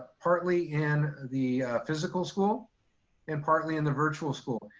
partly in the physical school and partly in the virtual school.